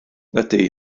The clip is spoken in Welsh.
ydy